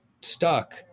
stuck